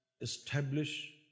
establish